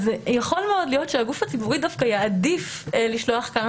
יכול מאוד להיות שהגוף הציבורי דווקא יעדיף לשלוח כמה